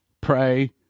pray